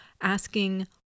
asking